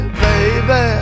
baby